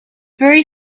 very